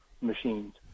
machines